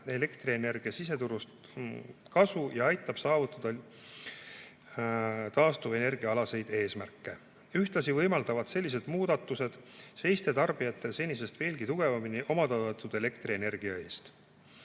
elektrienergia siseturust kasu ja aitab saavutada taastuvenergia eesmärke. Ühtlasi võimaldavad sellised muudatused seista tarbijatel senisest veelgi tugevamini omatoodetud elektrienergia eest.